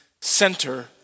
center